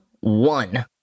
one